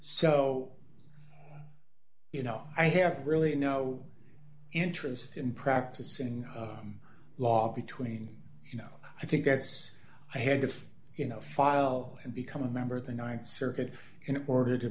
so you know i have really no interest in practicing law between you know i think that's i had if you know file and become a member of the th circuit in order to